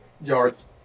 yards